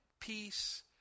peace